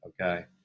okay